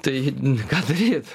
tai ką daryt